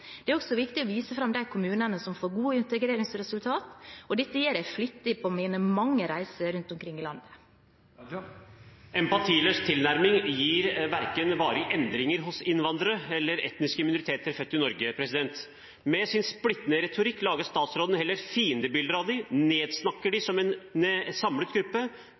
Det er også viktig å vise fram de kommunene som får gode integreringsresultat, og dette gjør de flittig på mine mange reiser rundt omkring i landet. Empatiløs tilnærming gir ikke varige endringer hos verken innvandrere eller etniske minoriteter født i Norge. Med sin splittende retorikk lager statsråden heller fiendebilder av dem, nedsnakker dem som samlet gruppe,